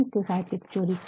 साहित्यिक चोरी क्या है